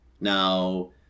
Now